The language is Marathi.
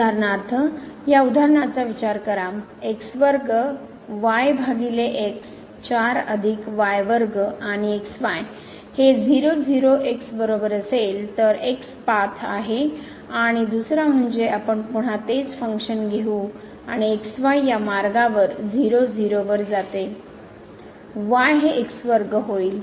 उदाहरणार्थ या उदाहरणांचा विचार करा x वर्ग y भागिले x 4 अधिक y वर्ग आणि x y हे 0 0 x बरोबर असेल तर x पाथ आहे आणि दुसरे म्हणजे आपण पुन्हा तेच फंक्शन घेऊ आणि x y या मार्गावर 0 0 वर जाते y हे x वर्ग होईल